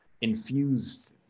infused